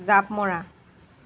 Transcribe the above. জাঁপ মৰা